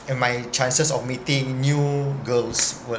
and my chances of meeting new girls